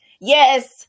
Yes